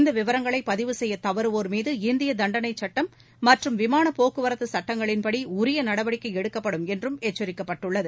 இந்த விவரங்களைப் பதிவு செய்யத் தவறுவோர் மீது இந்திய தண்டனைச் சுட்டம் மற்றும் விமான போக்குவரத்து சட்டங்களின்படி உரிய நடவடிக்கை எடுக்கப்படும் என்றும் எச்சரிக்கப்பட்டுள்ளது